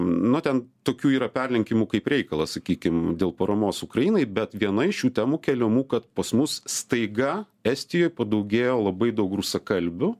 nu ten tokių yra perlenkimų kaip reikalas sakykim dėl paramos ukrainai bet viena iš šių temų keliamų kad pas mus staiga estijoj padaugėjo labai daug rusakalbių